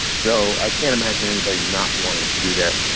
so i can't imagine anybody not wanting to do that.